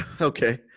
Okay